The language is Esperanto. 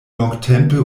longtempe